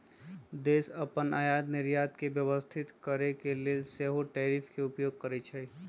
देश अप्पन आयात निर्यात के व्यवस्थित करके लेल सेहो टैरिफ के उपयोग करइ छइ